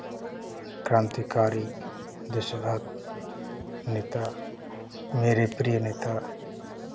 क्रांतिकारी देशभक्त नेता मेरे प्रिय नेता